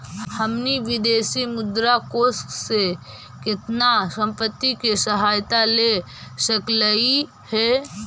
हमनी विदेशी मुद्रा कोश से केतना संपत्ति के सहायता ले सकलिअई हे?